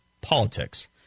politics